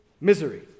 misery